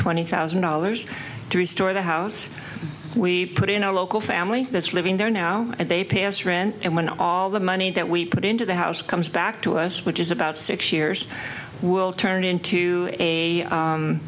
twenty thousand dollars to restore the house we put in our local family that's living there now they pay us rent and when all the money that we put into the house comes back to us which is about six years we'll turn into